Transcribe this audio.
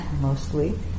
mostly